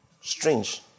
Strange